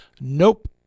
nope